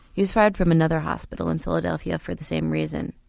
he was fired from another hospital in philadelphia for the same reason.